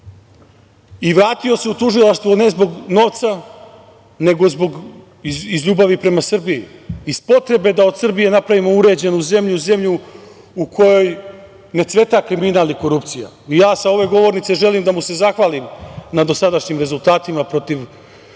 Vratio se u tužilaštvo, ne zbog novca, nego iz ljubavi prema Srbiji, iz potrebe da od Srbije napravimo uređenu zemlju, zemlju u kojoj ne cveta kriminal i korupcija. Ja, sa ove govornice želim da se zahvalim na dosadašnjim rezultatima protiv kriminala